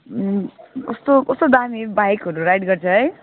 कस्तो कस्तो दामी बाइकहरू राइड गर्छ है